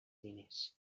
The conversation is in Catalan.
diners